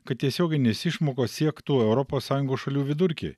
kad tiesioginės išmokos siektų europos sąjungos šalių vidurkį